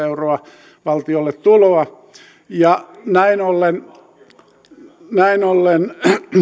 euroa valtiolle tuloa näin ollen näin ollen